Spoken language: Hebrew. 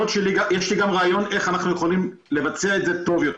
רעיון איך אנחנו יכולים לבצע את זה טוב יותר.